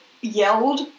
yelled